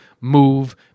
move